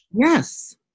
Yes